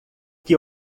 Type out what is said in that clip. que